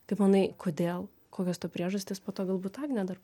kaip manai kodėl kokios to priežastis po to galbūt agnė dar